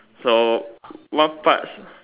so what parts